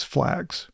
Flags